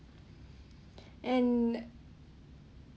and